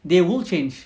they will change